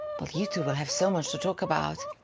but you two will have so much to talk about.